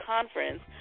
Conference